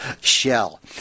shell